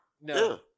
No